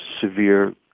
severe